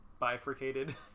bifurcated